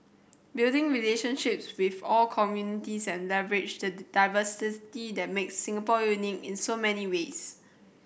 build relationships with all communities and leverage the diversity that makes Singapore unique in so many ways